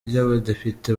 y’abadepite